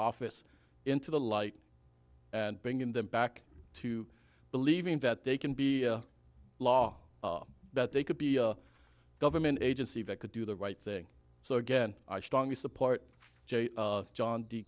office into the light and bringing them back to believing that they can be law that they could be a government agency that could do the right thing so again i strongly support john de